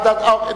חוץ מיוסי,